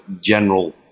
general